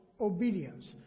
obedience